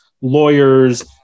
lawyers